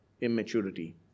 immaturity